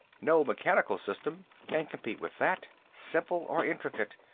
no mechanical system can compete with that, simple or intricate.